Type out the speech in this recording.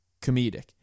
comedic